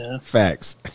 Facts